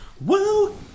Woo